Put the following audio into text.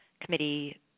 committee